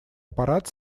аппарат